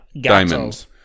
diamonds